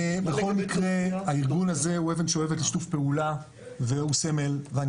בכל מקרה הארגון הזה הוא אבן שואבת לשיתוף פעולה והוא סמל ואני